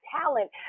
talent